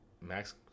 Max